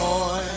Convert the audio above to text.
Boy